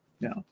no